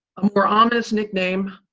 a more ominous nickname,